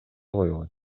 койгон